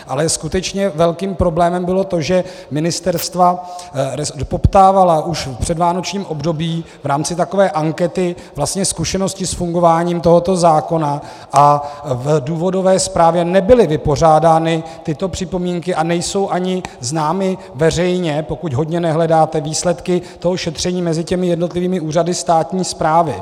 Ale skutečně velkým problémem bylo to, že ministerstva poptávala už v předvánočním období v rámci takové ankety vlastně zkušenosti s fungováním tohoto zákona a v důvodové zprávě nebyly vypořádány tyto připomínky a nejsou ani známy veřejně, pokud hodně nehledáte výsledky toho šetření mezi jednotlivými úřady státní správy.